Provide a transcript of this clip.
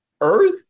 Earth